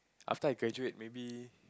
after I graduate maybe